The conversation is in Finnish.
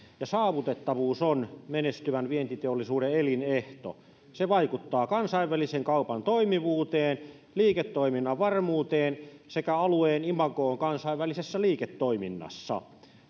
saavutettavuus on menestyvän vientiteollisuuden elinehto se vaikuttaa kansainvälisen kaupan toimivuuteen liiketoiminnan varmuuteen sekä alueen imagoon kansainvälisessä liiketoiminnassa